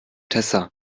tessa